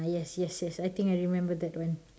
yes yes yes I think I remember that one